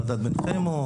ועדת בן חמו,